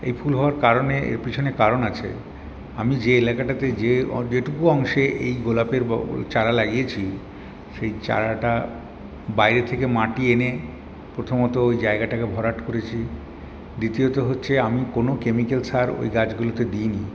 এই ফুল হওয়ার কারণে এর পিছনে কারণ আছে আমি যে এলাকাটাতে যে যেটুকু অংশে এই গোলাপের চারা লাগিয়েছি সেই চারাটা বাইরে থেকে মাটি এনে প্রথমত ওই জায়গাটাকে ভরাট করেছি দ্বিতীয়ত হচ্ছে আমি কোন কেমিক্যাল সার ওই গাছগুলোতে দিইনি